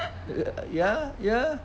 yeah yeah